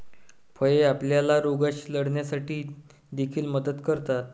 फळे आपल्याला रोगांशी लढण्यासाठी देखील मदत करतात